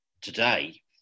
today